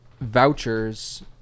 vouchers